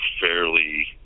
fairly